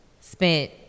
spent